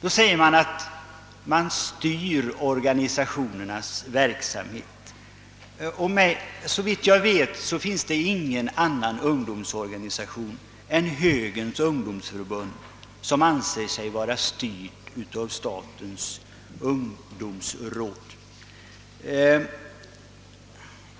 Det har också sagts att rådet styr organisationernas verksamhet, men såvitt jag vet är det ingen annan ungdomsorganisation än Högerns ungdomsförbund som anser sig vara styrd av statens ungdomsråd.